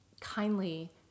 kindly